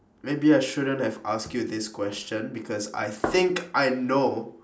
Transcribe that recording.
maybe I shouldn't have asked you this question because I think I know